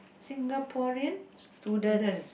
Singaporean students